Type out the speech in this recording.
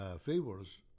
favors